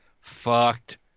fucked